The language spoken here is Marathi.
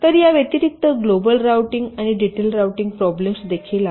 तर या व्यतिरिक्त ग्लोबल रूटिंग आणि डिटेल रूटिंग प्रॉब्लेम देखील आहेत